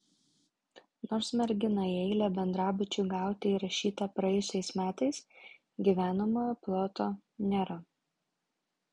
nors mergina į eilę bendrabučiui gauti įrašyta praėjusiais metais gyvenamojo ploto nėra